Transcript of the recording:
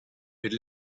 per